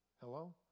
Hello